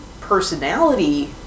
personality